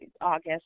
August